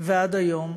ועד היום.